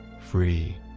free